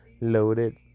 loaded